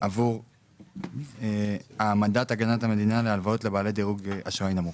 עבור העמדת הגנת המדינה להלוואות לבעלי דירוג אשראי נמוך.